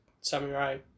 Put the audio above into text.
Samurai